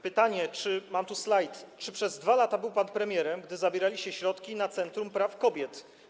Pytanie: Czy - mam tu slajd - przez 2 lata był pan premierem, gdy zabieraliście środki na Centrum Praw Kobiet?